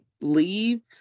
Leave